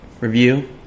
Review